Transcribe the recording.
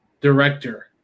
director